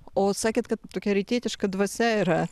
o sakėt kad tokia rytietiška dvasia yra